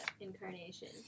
incarnation